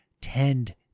tend